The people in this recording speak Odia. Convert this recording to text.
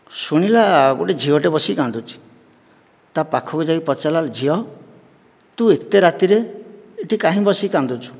ଶୁଣିଲା ଗୋଟିଏ ଝିଅଟେ ବସି କାନ୍ଦୁଛି ତା ପାଖକୁ ଯାଇ ପଚାରିଲା ଝିଅ ତୁ ଏତେ ରାତିରେ ଏଠି କାହିଁ ବସି କାନ୍ଦୁଛୁ